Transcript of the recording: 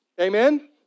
Amen